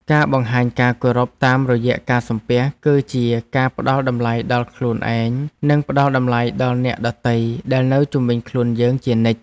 ការបង្ហាញការគោរពតាមរយៈការសំពះគឺជាការផ្តល់តម្លៃដល់ខ្លួនឯងនិងផ្តល់តម្លៃដល់អ្នកដទៃដែលនៅជុំវិញខ្លួនយើងជានិច្ច។